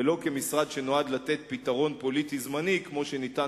ולא כמשרד שנועד לתת פתרון פוליטי זמני כמו שניתן